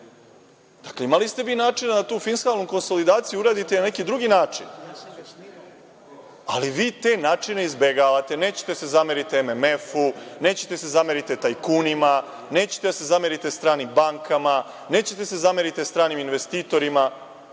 Dakle, imali ste vi načina da tu fiskalnu konsolidaciju uradite i na neki drugi način, ali vi te načine izbegavate. Nećete da se zamerite MMF-u, nećete da se zamerite tajkunima, nećete da se zamerite stranim bankama, nećete da se zamerite stranim investitorima.